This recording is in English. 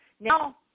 Now